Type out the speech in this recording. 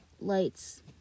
lights